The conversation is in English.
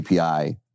API